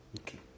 Okay